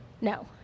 no